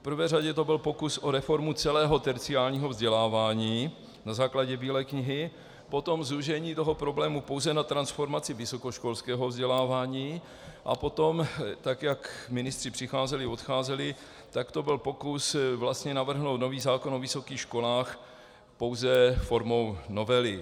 V prvé řadě to byl pokus o reformu celého terciárního vzdělávání na základě Bílé knihy, potom zúžení toho problému pouze na transformaci vysokoškolského vzdělávání a potom, tak jak ministři přicházeli, odcházeli, tak to byl pokus vlastně navrhnout nový zákon o vysokých školách pouze formou novely.